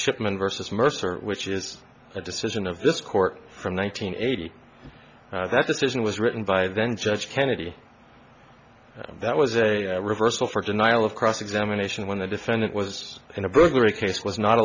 shipman versus mercer which is a decision of this court from one nine hundred eighty that decision was written by then judge kennedy that was a reversal for denial of cross examination when the defendant was in a burglary case was not